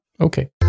okay